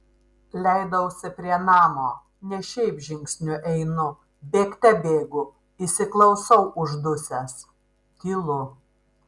leidausi prie namo ne šiaip žingsniu einu bėgte bėgu įsiklausau uždusęs tylu